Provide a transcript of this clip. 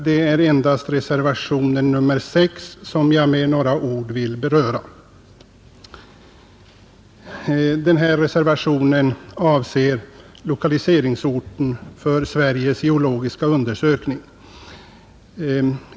Det är endast reservationen nr 6 som jag med några ord vill beröra, Denna reservation avser lokaliseringsorten för Sveriges geologiska undersökning.